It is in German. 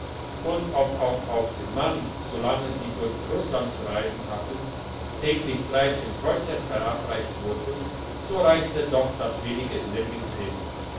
und ob auch auf den mann solange sie durch russland zu reisen hatten täglich kreuzer verabreicht wurden so reichte doch das wenige nirgends hin